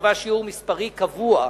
שקבע שיעור מספרי קבוע,